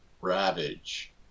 Ravage